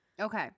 Okay